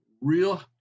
real